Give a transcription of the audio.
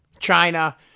China